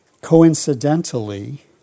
coincidentally